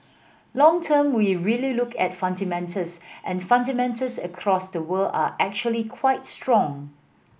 long term we really look at fundamentals and fundamentals across the world are actually quite strong